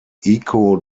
echo